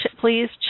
please